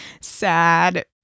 sad